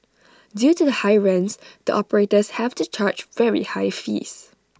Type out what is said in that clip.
due to the high rents the operators have to charge very high fees